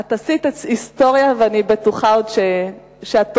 את עשית היסטוריה ואני בטוחה שאת עוד